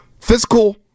Physical